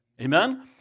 Amen